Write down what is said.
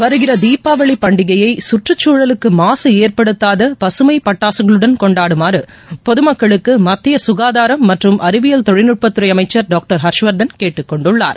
வருகிற தீபாவளி பண்டிகையை சுற்றுச்சூழலுக்கு மாசு ஏற்படுத்தாத பசுமைப் பட்டாசுகளுடன் கொண்டாடுமாறு பொது மக்களுக்கு மத்திய சுகாதாரம் மற்றும் அறிவியல் தொழில்நுட்பத்துறை அமைச்சர் டாக்டர் ஹர்ஷ்வர்தன் கேட்டுக் கொண்டுள்ளார்